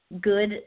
good